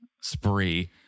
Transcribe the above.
spree